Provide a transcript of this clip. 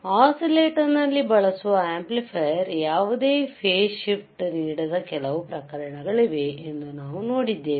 ಒಸಿಲೇಟಾರ್ನಲ್ಲಿ ಬಳಸುವ ಆಂಪ್ಲಿಫೈಯರ್ ಯಾವುದೇ phase shift ನೀಡದ ಕೆಲವು ಪ್ರಕರಣಗಳಿವೆ ಎಂದು ನಾವು ನೋಡಿದ್ದೇವೆ